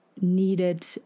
needed